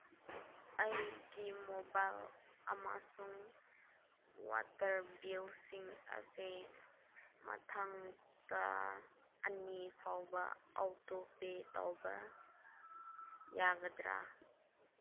ꯑꯩꯒꯤ ꯃꯣꯕꯥꯏꯜ ꯑꯃꯁꯨꯡ ꯋꯥꯇꯔ ꯕꯤꯜꯁꯤꯡ ꯑꯁꯤ ꯃꯊꯪ ꯇꯥ ꯑꯅꯤ ꯐꯥꯎꯕ ꯑꯣꯇꯣ ꯄꯦ ꯇꯧꯕ ꯌꯥꯒꯗ꯭ꯔꯥ